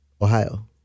Ohio